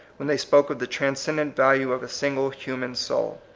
when they spoke of the transcendent value of a single human soul.